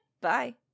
Bye